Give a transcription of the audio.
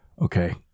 okay